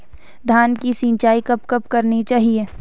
धान की सिंचाईं कब कब करनी चाहिये?